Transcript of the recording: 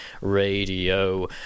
Radio